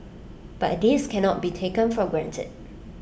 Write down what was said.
but this can not be taken for granted